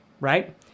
right